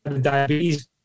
diabetes